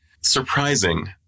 surprising